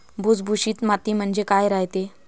भुसभुशीत माती म्हणजे काय रायते?